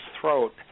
throat